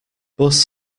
bus